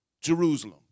Jerusalem